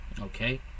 okay